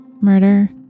murder